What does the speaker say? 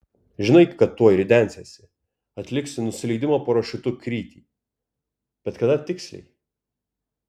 žinai kad tuoj ridensiesi atliksi nusileidimo parašiutu krytį bet kada tiksliai